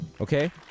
Okay